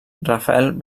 rafael